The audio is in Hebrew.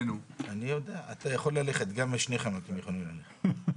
אני יודע, אתה יכול ללכת, שניכם גם יכולים ללכת.